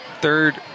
Third